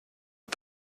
are